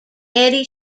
eddie